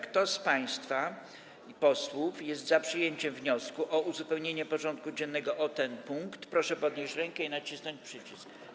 Kto z państwa posłów jest za przyjęciem wniosku o uzupełnienie porządku dziennego o ten punkt, proszę podnieść rękę i nacisnąć przycisk.